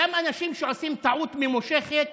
לכל מי שנמצא בממשלה הזאת